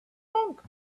monk